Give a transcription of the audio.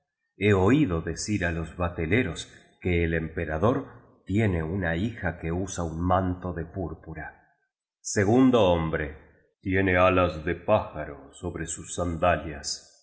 he oido decir á los bateleros que el emperador tiene una hija que usa un manto de púrpura segundo hombre tiene atas de pájaro sobre sus sandalias